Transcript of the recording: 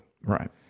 Right